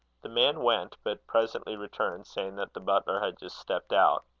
the man went, but presently returned, saying that the butler had just stepped out.